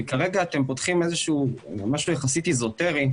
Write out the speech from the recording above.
וכרגע אתם פותחים משהו יחסית אזוטרי,